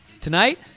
Tonight